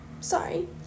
Sorry